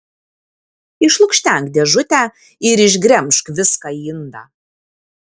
išlukštenk dėžutę ir išgremžk viską į indą